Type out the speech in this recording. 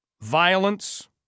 violence